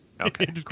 Okay